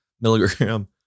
milligram